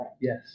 Yes